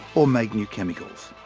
or make new chemicals?